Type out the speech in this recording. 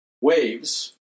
waves